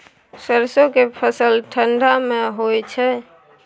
सरसो के फसल ठंडा मे होय छै?